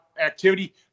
activity